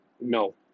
no